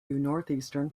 northeastern